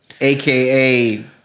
AKA